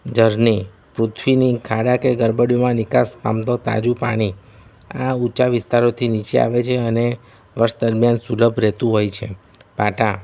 ઝરણી પૃથ્વીની ખાડા કે ગડબડીમાં નિકાસ પામે તો તાજું પાણી આ ઊંચા વિસ્તારોથી નીચે આવે છે અને વર્ષ દરમ્યાન સુલભ રહેતું હોય છે પાટા